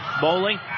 Bowling